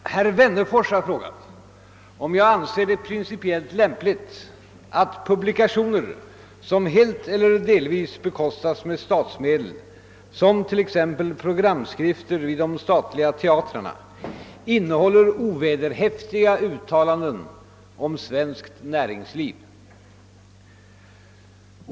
Herr talman! Herr Wennerfors har frågat mig om jag anser det principiellt lämpligt att publikationer som helt eller delvis bekostas med statsmedel som t.ex. programskrifter vid de statliga teatrarna innehåller ovederhäftiga uttalanden om svenskt näringsliv.